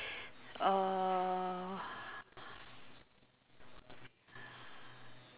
uh